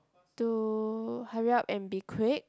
to hurry up and be quick